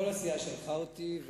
הסיעה שלחה אותי.